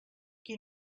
qui